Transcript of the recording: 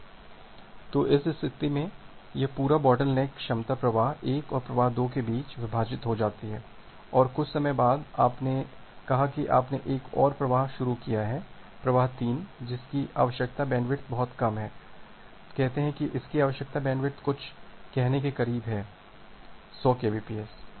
तो उस स्थिति में यह पूरी बोटलनेक क्षमता प्रवाह 1 और प्रवाह 2 के बीच विभाजित हो जाती है और कुछ समय बाद आपने कहा कि आपने एक और प्रवाह शुरू किया है प्रवाह 3 जिसकी आवश्यकता बैंडविड्थ बहुत कम है कहते हैं कि इसकी आवश्यक बैंडविड्थ कुछ कहने के करीब है 100 केबीपीएस है